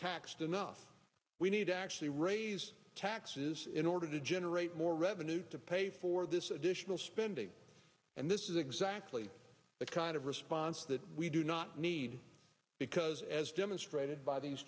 taxed enough we need to actually raise taxes in order to generate more revenue to pay for this additional spending and this is exactly the kind of response that we do not need because as demonstrated by these